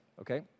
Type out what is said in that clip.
okay